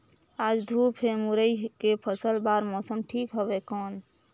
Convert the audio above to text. आज धूप हे मुरई के फसल बार मौसम ठीक हवय कौन?